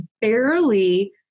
barely